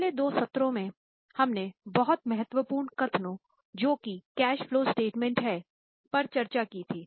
पिछले दो सत्रों में हमने बहुत महत्वपूर्ण कथनों जो कि कैश फलो स्टेटमेंट है पर चर्चा की थीं